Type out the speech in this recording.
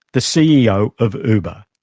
the ceo of uber.